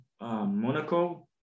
monaco